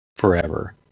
forever